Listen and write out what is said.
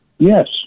Yes